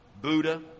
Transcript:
Buddha